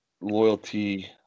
loyalty